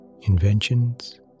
inventions